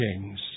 kings